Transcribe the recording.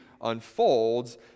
unfolds